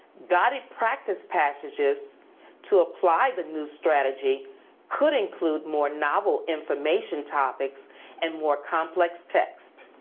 guided practice passages to apply the new strategy could include more novel information topics and more complex text.